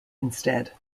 instead